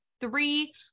three